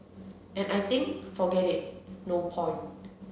and I think forget it no point